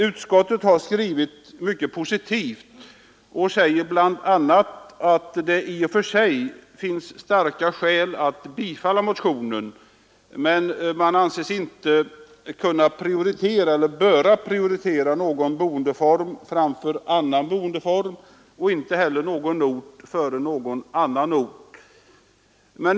Utskottet har skrivit mycket positivt och säger bl.a. att det i och för sig finns starka skäl att bifalla motionen, men man anser sig inte böra prioritera någon boendeform framför en annan och inte heller någon ort framför någon annan ort.